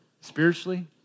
spiritually